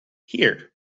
here